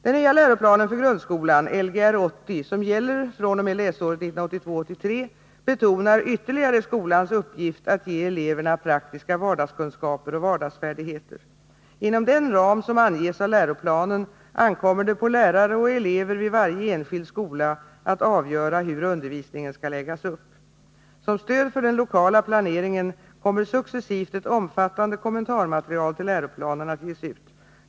Den nya läroplanen för grundskolan — Lgr 80 — som gäller fr.o.m. läsåret 1982/83 betonar ytterligare skolans uppgift att ge eleverna praktiska vardagskunskaper och vardagsfärdigheter. Inom den ram som anges av läroplanen ankommer det på lärare och elever vid varje enskild skola att avgöra hur undervisningen skall läggas upp. Som stöd för den lokala planeringen kommer successivt ett omfattande kommentarmaterial till läroplanen att ges ut.